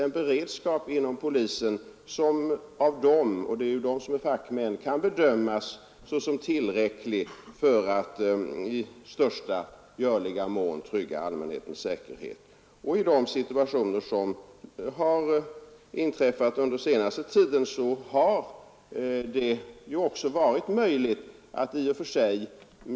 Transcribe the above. Nr 329 Herr Johansson i Skärstad till herr utbildningsministern angående informationen om utfärdandet av skolbetyg: Kan det anses vara tillfredsställande att skolledare och lärare först långt in på terminen får veta att eleverna skall ha betyg vid utgången av samma termin?